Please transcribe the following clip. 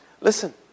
listen